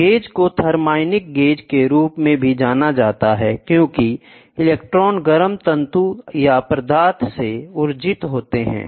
gauge को thermionic gauge के रूप में भी जाना जाता है क्योंकि इलेक्ट्रॉन गर्म तंतु या पदार्थ से उत्सर्जित होते हैं